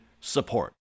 SUPPORT